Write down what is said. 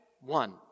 one